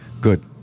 Good